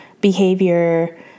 behavior